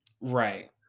Right